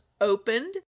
opened